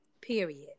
period